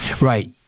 Right